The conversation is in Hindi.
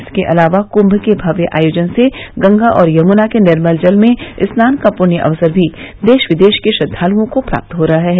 इसके अलावा कुंभ के भव्य आयोजन से गंगा और यमुना के निर्मल जल में स्नान का पृण्य अवसर भी देश विदेश के श्रद्वालुओं को प्राप्त हो रहा है